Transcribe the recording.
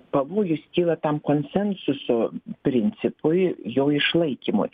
pavojus kyla tam konsensuso principui jo išlaikymui